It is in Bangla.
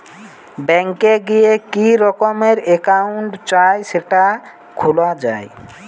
ব্যাঙ্ক এ গিয়ে কি রকমের একাউন্ট চাই সেটা খোলা যায়